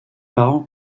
parents